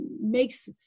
makes